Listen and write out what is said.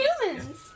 Humans